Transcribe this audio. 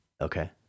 Okay